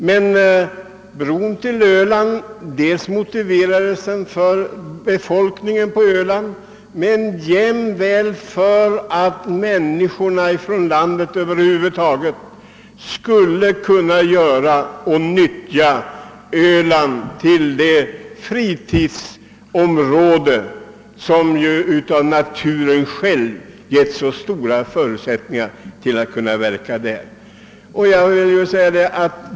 Den bron behövs dels för befolkningen på Öland, dels för de människor från hela landet som vill utnyttja Öland som det fritidsområde som naturen själv givit Öland stora förutsättningar att bli.